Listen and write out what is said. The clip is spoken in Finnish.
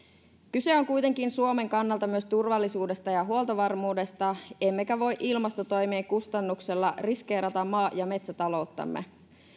kyse on kuitenkin suomen kannalta myös turvallisuudesta ja ja huoltovarmuudesta emmekä voi ilmastotoimien kustannuksella riskeerata maa ja metsätalouttamme